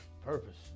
Purpose